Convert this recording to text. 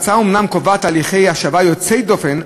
ההצעה אומנם קובעת הליכי השבה יוצאי דופן,